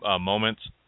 moments